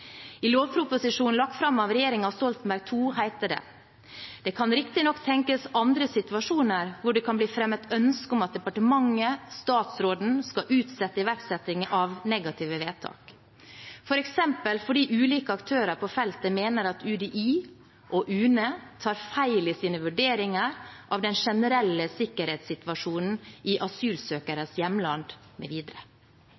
I lovproposisjonen lagt fram av regjeringen Stoltenberg II heter det: «Det kan riktignok tenkes andre situasjoner hvor det kan bli fremmet ønske om at departementet/statsråden skal utsette iverksettingen av negative vedtak, for eksempel fordi ulike aktører på feltet mener at UDI og UNE tar feil i sine vurderinger av den generelle sikkerhetssituasjonen i